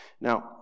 Now